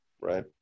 Right